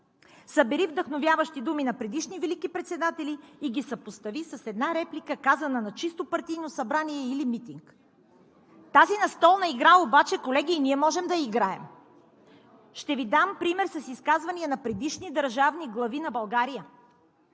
„Събери вдъхновяващи думи на предишни велики председатели и ги съпостави с една реплика, казана на чисто партийно събрание или митинг“. (Шум и реплики.) Тази настолна игра обаче, колеги, и ние можем да я играем. Ще Ви дам пример с изказвания на предишни държавни глави на България: